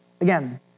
Again